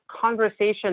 conversation